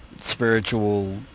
spiritual